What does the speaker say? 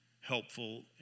helpful